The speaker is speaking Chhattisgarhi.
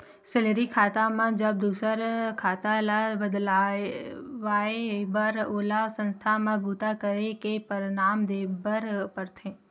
सेलरी खाता म दूसर खाता ल बदलवाए बर ओला संस्था म बूता करे के परमान देबर परथे